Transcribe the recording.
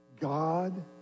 God